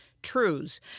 truths